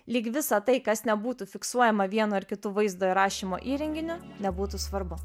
lyg visa tai kas nebūtų fiksuojama vieno ar kitu vaizdo įrašymo įrenginiu nebūtų svarbu